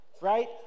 Right